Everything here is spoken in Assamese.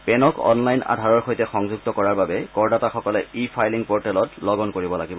পেনক অনলাইন আধাৰৰ সৈতে সংযুক্ত কৰাৰ বাবে কৰদাতাসকলে ই ফাইলিং পৰ্টেলত লগ অন কৰিব লাগিব